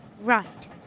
Right